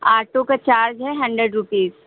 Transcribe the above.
auto का charge है hundred rupees